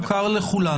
מוכר לכולנו.